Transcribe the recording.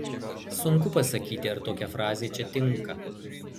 sunku pasakyti ar tokia frazė čia tinka